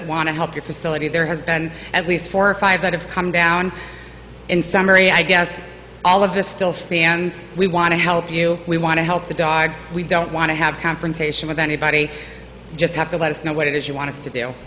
that want to help your facility there has been at least four or five that have come down in summary i guess all of this still stands we want to help you we want to help the dogs we don't want to have a confrontation with anybody just have to let us know what it is you want